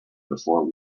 before